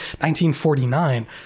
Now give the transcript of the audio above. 1949